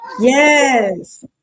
Yes